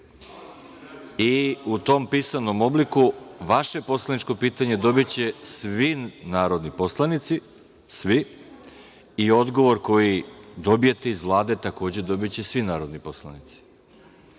U tom pisanom obliku, vaše poslaničko pitanje dobiće svi narodni poslanici, svi. I odgovor koji dobijete iz Vlade, takođe, dobiće svi narodni poslanici. Sada